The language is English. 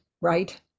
right